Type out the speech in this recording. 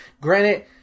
Granted